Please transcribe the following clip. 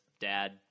dad